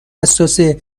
حساسه